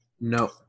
No